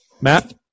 Matt